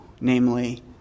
Namely